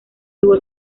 tuvo